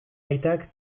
aitak